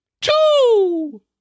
two